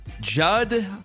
Judd